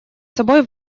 собой